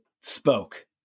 spoke